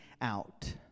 Out